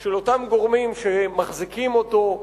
של אותם גורמים שמחזיקים אותו.